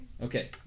Okay